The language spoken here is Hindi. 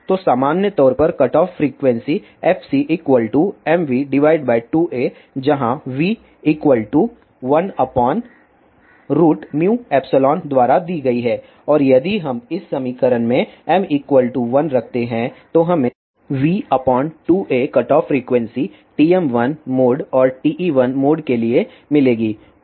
तो सामान्य तौर पर कटऑफ फ्रीक्वेंसी fcmv2a जहां v1μϵ द्वारा दी गई और यदि हम इस समीकरण में m 1 रखते हैं तो हमें v2a cutoff frequency TM1 mode और TE1 मोड के लिए मिलेगी